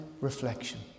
reflection